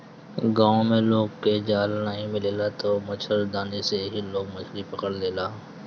गांव में लोग के जाल नाइ मिलेला तअ मछरदानी से ही लोग मछरी पकड़ लेला